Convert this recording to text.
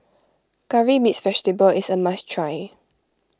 Curry Mixed Vegetable is a must try